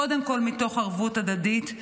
קודם כול מתוך ערבות הדדית,